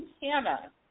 Hannah